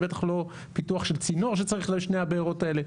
בטח לא פיתוח של צינור שצריך לשתי הבארות האלה.